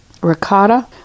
ricotta